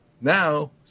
Now